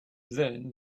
then